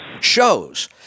shows